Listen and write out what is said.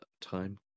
time